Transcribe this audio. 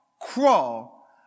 crawl